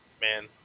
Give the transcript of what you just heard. Man